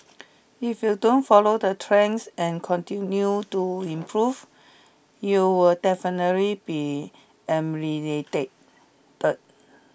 if you don't follow the trends and continue to improve you'll definitely be